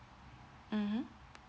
mmhmm